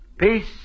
Peace